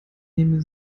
nehme